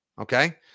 Okay